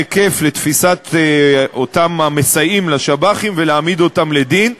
היקף לתפיסת אותם המסייעים לשב"חים ולהעמיד אותם לדין,